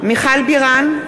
בירן,